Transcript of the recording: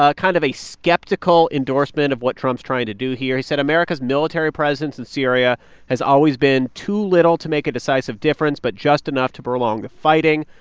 ah kind of a skeptical endorsement of what trump's trying to do here. he said america's military presence in syria has always been too little to make a decisive difference but just enough to prolong the fighting.